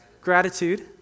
gratitude